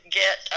get